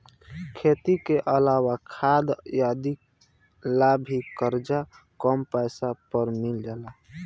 खेती के अलावा खाद आदि ला भी करजा कम पैसा पर मिल जाला